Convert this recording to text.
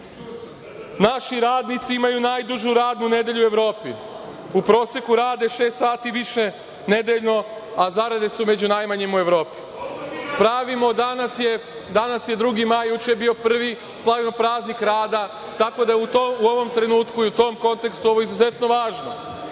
Naši radnici imaju najdužu radnu nedelju u Evropi. U proseku rade šest sati više nedeljno, a zarade su među najmanjima u Evropi. Pravimo, danas je 2. maj, juče je bio 1. maj, slavimo praznik rada tako da je to u ovom trenutku i u tom kontekstu ovo izuzetno važno.